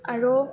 আৰু